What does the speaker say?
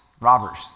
robbers